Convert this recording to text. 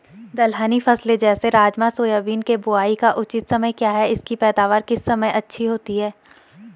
दलहनी फसलें जैसे राजमा सोयाबीन के बुआई का उचित समय क्या है इसकी पैदावार किस समय अच्छी होती है?